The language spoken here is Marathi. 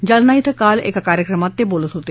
जालनाँ धिं काल एका कार्यक्रमात ते बोलत होते